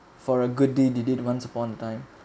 for a good deed you did once upon a time